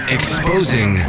Exposing